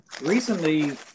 recently